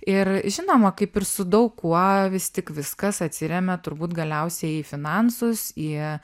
ir žinoma kaip ir su daug kuo vis tik viskas atsiremia turbūt galiausiai į finansus į